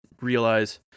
realize